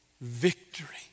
victory